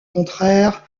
contraire